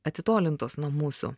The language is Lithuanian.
atitolintos nuo mūsų